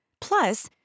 Plus